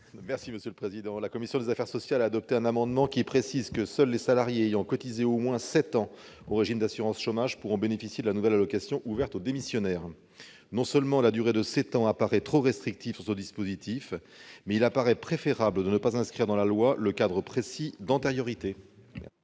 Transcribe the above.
M. Martin Lévrier. La commission des affaires sociales a adopté un amendement tendant à préciser que seuls les salariés ayant cotisé au moins sept ans au régime d'assurance chômage pourront bénéficier de la nouvelle allocation ouverte aux démissionnaires. Non seulement la durée de sept ans paraît trop restrictive pour ce dispositif, mais il semble préférable de ne pas inscrire dans la loi le cadre précis d'antériorité.